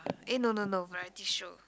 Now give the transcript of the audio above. eh no no no variety show